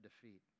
defeat